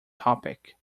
topic